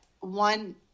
one